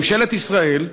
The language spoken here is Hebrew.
ממשלת ישראל,